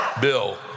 Bill